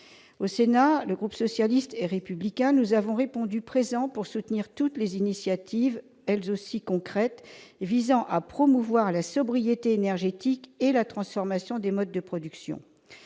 Membres du groupe socialiste et républicain du Sénat, nous avons répondu présent pour soutenir toutes les initiatives, elles aussi concrètes, visant à promouvoir la sobriété énergétique et la transformation des modes de production.